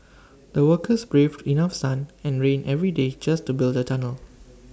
the workers braved enough sun and rain every day just to build the tunnel